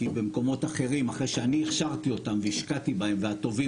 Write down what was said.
כי במקומות אחרים אחרי שאני הכשרתי אותם והשקעתי בהם והטובים,